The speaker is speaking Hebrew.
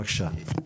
בבקשה.